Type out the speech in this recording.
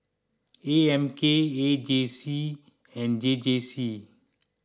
A M K A J C and J J C